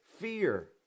fear